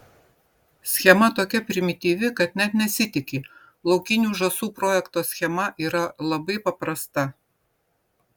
schema tokia primityvi kad net nesitiki laukinių žąsų projekto schema yra labai paprasta